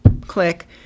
click